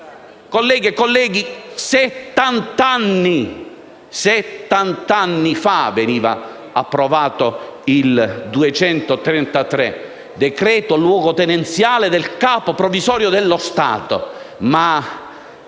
Colleghe e colleghi, 70 anni fa veniva approvato il decreto luogotenenziale n. 233 del Capo provvisorio dello Stato.